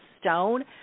stone